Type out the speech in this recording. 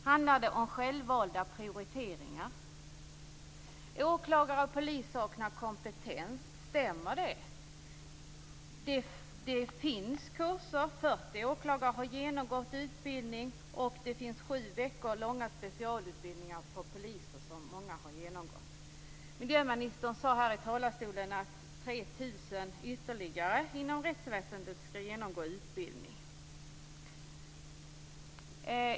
Handlar det om självvalda prioriteringar? Åklagare och polis saknar kompetens. Stämmer det? Det finns kurser. 40 åklagare har genomgått utbildning, och det finns sju veckor långa specialutbildningar för poliser som många har genomgått. Miljöministern sade i talarstolen att 3 000 ytterligare inom rättsväsendet skall genomgå utbildning.